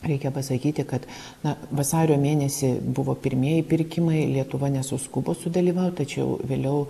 reikia pasakyti kad na vasario mėnesį buvo pirmieji pirkimai lietuva nesuskubo sudalyvaut tačiau vėliau